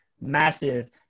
massive